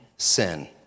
Sin